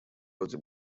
роде